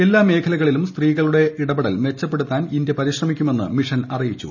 എല്ലാ മേഖലകളിലും സ്ത്രീകളുടെ ഇടപ്പെടൽ മെച്ചപ്പെടുത്താൻ ഇന്ത്യ പരിശ്രമിക്കുമെന്ന് മിഷൻ അറിയിച്ചു